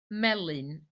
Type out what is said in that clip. melyn